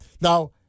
Now